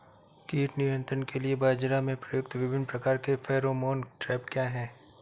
कीट नियंत्रण के लिए बाजरा में प्रयुक्त विभिन्न प्रकार के फेरोमोन ट्रैप क्या है?